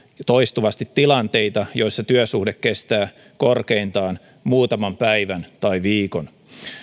toistuvasti tilanteita joissa työsuhde kestää korkeintaan muutaman päivän tai viikon